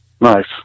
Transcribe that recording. Nice